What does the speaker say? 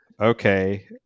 okay